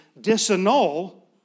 disannul